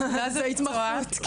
זה התמחות,